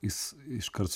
jis iškart